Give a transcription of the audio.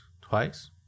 twice